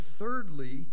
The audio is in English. thirdly